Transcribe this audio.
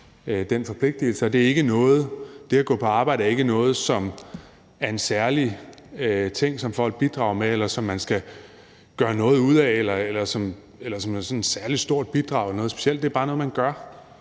på arbejde er ikke noget, som er en særlig ting, som folk bidrager med, eller som man skal gøre noget ud af, eller som er sådan et særlig stort bidrag eller noget